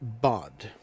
Bud